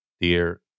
Dear